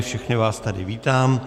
Všechny vás tady vítám.